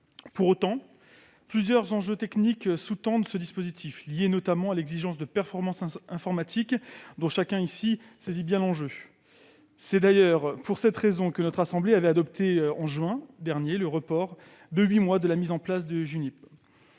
Pour autant, plusieurs défis techniques sous-tendent ce dispositif, liés, notamment, à l'exigence de performances informatiques dont chacun ici saisit bien l'enjeu. C'est la raison pour laquelle notre assemblée avait adopté en juin dernier le report de huit mois de la mise en place de la Junip,